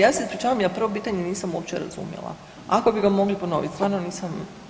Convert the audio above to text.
Ja se ispričavam, ja prvo pitanje nisam uopće razumjela, ako bi ga mogli ponoviti, stvarno nisam.